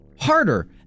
harder